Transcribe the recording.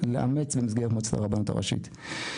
לאמץ במסגרת מועצת הרבנות הראשית.